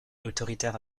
autoritaire